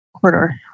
corridor